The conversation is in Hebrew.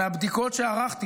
מהבדיקות שערכתי,